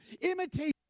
imitate